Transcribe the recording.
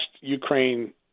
Ukraine